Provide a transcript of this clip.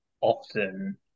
often